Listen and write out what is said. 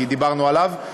כי דיברנו עליו,